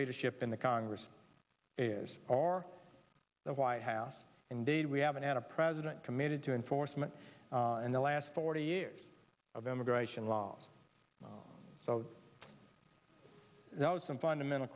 leadership in the congress is or the white house indeed we haven't had a president committed to enforcement and the last forty years of immigration law so those are some fundamental